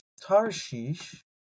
Tarshish